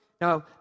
Now